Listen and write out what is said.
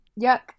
Yuck